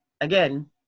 again